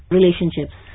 relationships